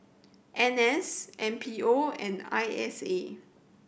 N S M P O and I S A